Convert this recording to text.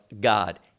god